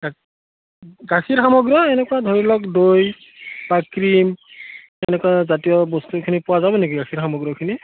গাখীৰ সামগ্ৰী এনেকুৱা ধৰি লওক দৈ বা ক্ৰীম এনেকুৱা জাতীয় বস্তুখিনি পোৱা যাব নেকি গাখীৰ সামগ্ৰীখিনি